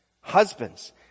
Husbands